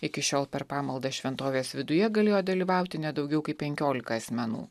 iki šiol per pamaldas šventovės viduje galėjo dalyvauti ne daugiau kaip penkiolika asmenų